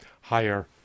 higher